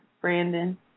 Brandon